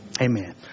Amen